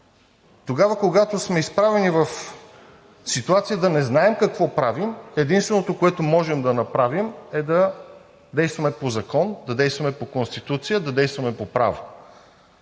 Тогава, когато сме изправени в ситуация да не знаем какво правим, единственото, което можем да направим, е да действаме по закон, да действаме по Конституция, да действаме по право.